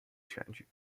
选举